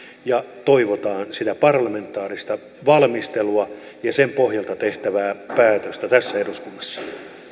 ja toivotaan sitä parlamentaarista valmistelua ja sen pohjalta tehtävää päätöstä tässä eduskunnassa